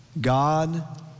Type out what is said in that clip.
God